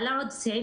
עלה עוד סעיף,